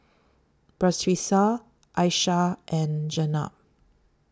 Batrisya Aishah and Jenab